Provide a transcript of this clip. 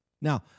Now